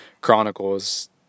Chronicles